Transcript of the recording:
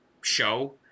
show